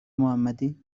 محمدی